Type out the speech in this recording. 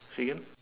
say again